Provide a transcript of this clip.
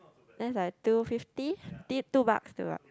that's like two fifty t~ two bucks two bucks